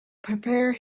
prepare